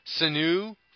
Sanu